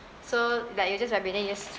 so like it'll just like vibrating you just